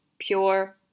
Pure